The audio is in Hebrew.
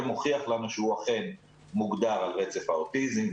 ומוכיח לנו שהוא אכן מוגדר על רצף אוטיזם,